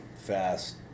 fast